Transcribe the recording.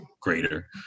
greater